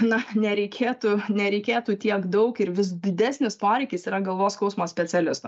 na nereikėtų nereikėtų tiek daug ir vis didesnis poreikis yra galvos skausmo specialisto